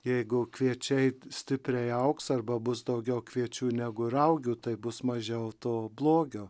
jeigu kviečiai stipriai augs arba bus daugiau kviečių negu raugių tai bus mažiau to blogio